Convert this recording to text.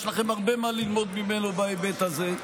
יש לכם הרבה מה ללמוד ממנו בהיבט הזה.